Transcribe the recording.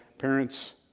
Parents